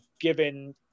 given